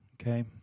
Okay